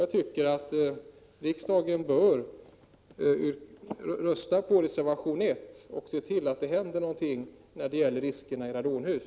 Jag tycker att riksdagen bör rösta för reservation 1 och se till att det händer någonting när det gäller att ta itu med riskerna i radonhus.